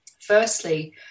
Firstly